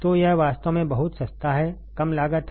तो यह वास्तव में बहुत सस्ता है कम लागत है